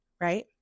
Right